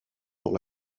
dans